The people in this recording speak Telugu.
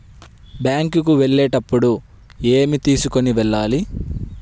బ్యాంకు కు వెళ్ళేటప్పుడు ఏమి తీసుకొని వెళ్ళాలి?